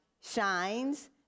shines